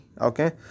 okay